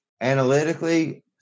Analytically